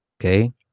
okay